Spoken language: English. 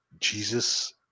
Jesus